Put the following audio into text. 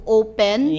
open